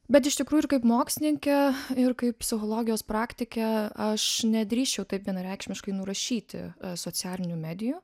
bet iš tikrųjų ir kaip mokslininkė ir kaip psichologijos praktikė aš nedrįsčiau taip vienareikšmiškai nurašyti socialinių medijų